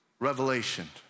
revelation